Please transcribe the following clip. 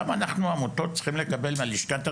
למה אנחנו העמותות צריכים לקבל מלשכת הרווחה,